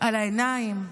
על העיניים,